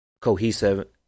cohesive